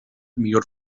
millor